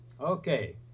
okay